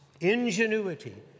ingenuity